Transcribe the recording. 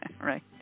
Right